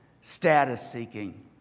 status-seeking